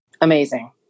amazing